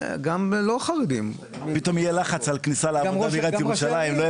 גם לא חרדים --- פתאום יהיה לחץ על כניסה לעבודה בעיריית ירושלים.